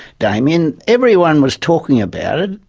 damien, everyone was talking about it,